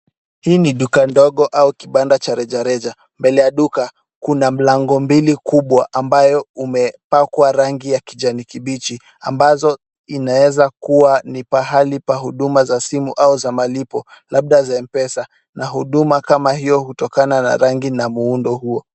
Hii ni duka ndogo au kibanda cha rejareja, mbele ya duka kuna milango mbili kubwa ambazo zimepakwa rangi ya kijani kibichi ambazo inaweza kuwa ni pahali pa huduma za simu au za malipo labda za Mpesa, na huduma kama hiyo hutokana na rangi na muundo huo.